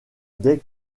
dès